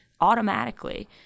automatically